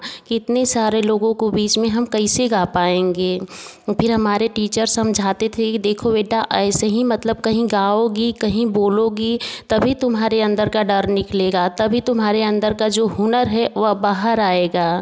कि इतने सारे लोगों को बीच में हम कैसे गा पाएँगे फिर हमारे टीचर समझाते थे कि देखो बेटा ऐसे ही मतलब कहीं गाओगी कहीं बोलोगी तभी तुम्हारे अंदर का डर निकलेगा तभी तुम्हारे अंदर का जो हुनर है वह बाहर आएगा